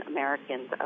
Americans